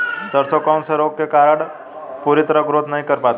सरसों कौन से रोग के कारण पूरी तरह ग्रोथ नहीं कर पाती है?